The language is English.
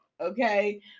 Okay